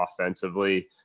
offensively